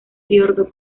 fiordo